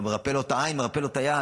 אתה מרפא לו את העין, אתה מרפא לו את היד.